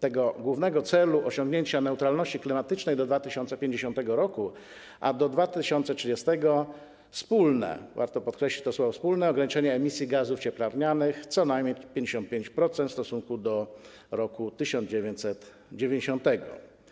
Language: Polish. ten główny cel, jakim jest osiągnięcie neutralności klimatycznej do 2050 r., a do 2030 r. wspólne - warto podkreślić to słowo „wspólne” - ograniczenie emisji gazów cieplarnianych co najmniej o 55% w stosunku do roku 1990.